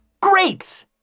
Great